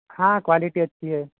हाँ क्वालिटी अच्छी है